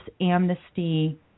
amnesty